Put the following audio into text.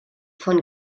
von